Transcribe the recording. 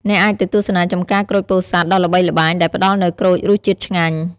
អ្នកអាចទៅទស្សនាចម្ការក្រូចពោធិ៍សាត់ដ៏ល្បីល្បាញដែលផ្តល់នូវក្រូចរសជាតិឆ្ងាញ់។